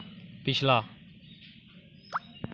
पिछला